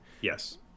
yes